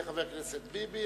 יהיה חבר הכנסת ביבי,